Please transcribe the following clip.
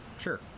Sure